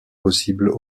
possibles